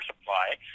Supply